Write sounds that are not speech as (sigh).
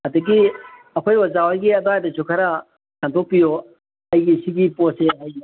ꯑꯗꯒꯤ ꯑꯩꯈꯣꯏ ꯑꯣꯖꯥ ꯍꯣꯏꯒꯤ ꯑꯗ꯭ꯋꯥꯏꯗꯁꯨ ꯈꯔ ꯁꯟꯗꯣꯛꯄꯤꯌꯣ ꯑꯩꯒꯤ ꯁꯤꯒꯤ ꯄꯣꯠꯁꯦ (unintelligible)